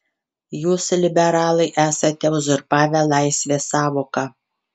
jūs liberalai esate uzurpavę laisvės sąvoką